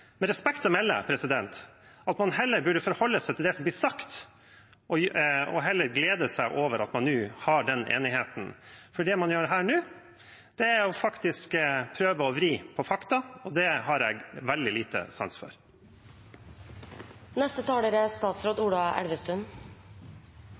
med respekt å melde at man heller burde forholde seg til det som blir sagt, og glede seg over at man nå har den enigheten. For det man gjør her nå, er faktisk å prøve å vri på fakta, og det har jeg veldig liten sans for. Dette er